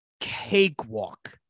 cakewalk